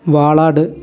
Valad